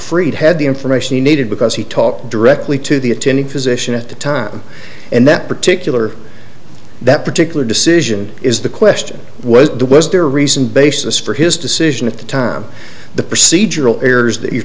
fried had the information he needed because he talked directly to the attending physician at the time and that particular that particular decision is the question was was there reason basis for his decision at the time the procedural errors that you're